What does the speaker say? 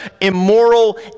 immoral